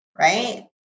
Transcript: right